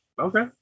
Okay